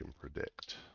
predict